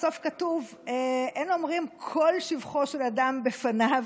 בסוף כתוב: אין אומרים כל שבחו של אדם בפניו.